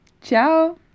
Ciao